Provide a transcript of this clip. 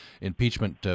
impeachment